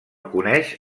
coneix